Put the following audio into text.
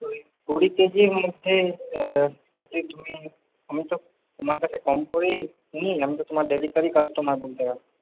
কুড়ি কেজির মধ্যে আমি তো তোমার কাছে কম করেই নি আমি তো তোমার ডেলি কারি কাস্টমার বলতে গেলে